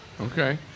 Okay